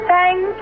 Thank